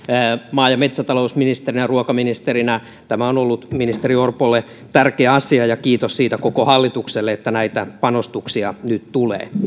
maa ja metsätalousministerinä ja ruokaministerinä tämä on ollut ministeri orpolle tärkeä asia ja kiitos siitä koko hallitukselle että näitä panostuksia nyt tulee